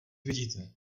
vidíte